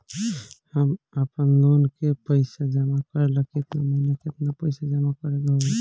हम आपनलोन के पइसा जमा करेला केतना महीना केतना पइसा जमा करे के होई?